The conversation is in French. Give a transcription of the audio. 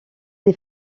des